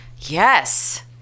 Yes